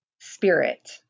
spirit